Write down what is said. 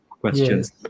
questions